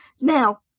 now